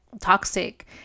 toxic